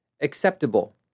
acceptable